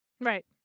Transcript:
right